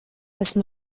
esmu